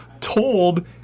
told